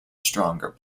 stronger